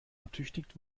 ertüchtigt